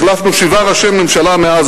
החלפנו שבעה ראשי ממשלה מאז